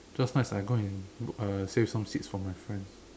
just nice I go and uh save some seats for my friends